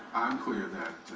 clear that,